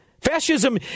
Fascism